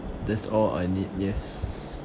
that's all I need yes